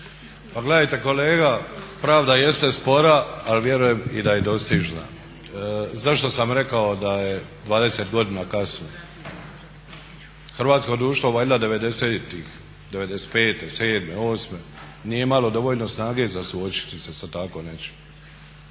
Pa gledajte kolega, pravda jeste spora ali vjerujem da je i dostižna. Zašto sam rekao da je 20 godina kasno? Hrvatsko društvo valjda devedesetih '95., sedme, osme nije imalo dovoljno snage suočiti sa tako nečim.